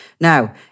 Now